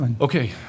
Okay